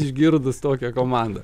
išgirdus tokią komandą